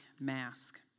mask